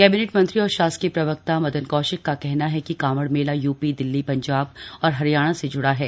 cabinet मंत्री और शासकीय प्रवक्ता मदन कौशिक का कहना है की कावड़ मेला यूपी दिल्ली पंजाब और हरियाणा से ज्ड़ा है